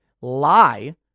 lie